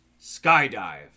Skydive